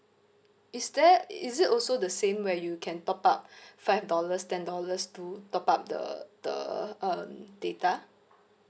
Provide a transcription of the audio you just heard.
is there is it also the same where you can top up five dollars ten dollars to top up the the um data